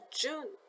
june